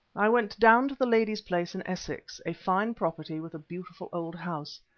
i went down to the lady's place in essex, a fine property with a beautiful old house.